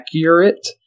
accurate